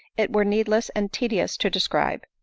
it were needless and tedious to describe.